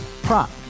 Prop